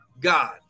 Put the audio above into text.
God